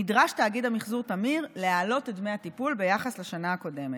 נדרש תאגיד המחזור תמיר להעלות את דמי הטיפול ביחס לשנה הקודמת.